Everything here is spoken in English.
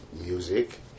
music